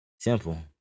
Simple